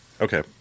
Okay